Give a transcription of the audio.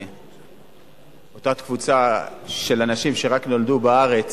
רק לאותה קבוצה של אנשים שנולדו בארץ,